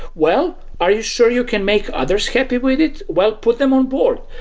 well, are you sure you can make others happy with it? well, put them onboard.